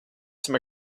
some